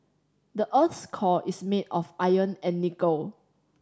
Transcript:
the earth's core is made of iron and nickel